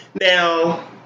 Now